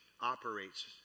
operates